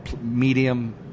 medium